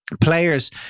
players